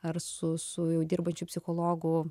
ar su su jau dirbančiu psichologu